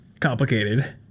complicated